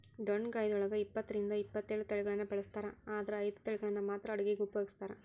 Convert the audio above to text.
ಡೊಣ್ಣಗಾಯಿದೊಳಗ ಇಪ್ಪತ್ತರಿಂದ ಇಪ್ಪತ್ತೇಳು ತಳಿಗಳನ್ನ ಬೆಳಿಸ್ತಾರ ಆದರ ಐದು ತಳಿಗಳನ್ನ ಮಾತ್ರ ಅಡುಗಿಗ ಉಪಯೋಗಿಸ್ತ್ರಾರ